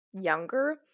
younger